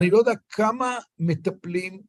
אני לא יודע כמה מטפלים.